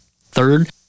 Third